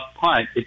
punt